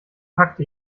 packte